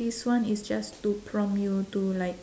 this one is just to prompt you to like